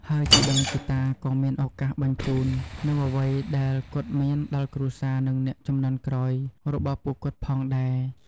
ហើយជីដូនជីតាក៏មានឱកាសបញ្ជូននូវអ្វីដែលគាត់មានដល់គ្រួសារនិងអ្នកជំនាន់ក្រោយរបស់ពួកគាត់ផងដែរ។